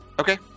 Okay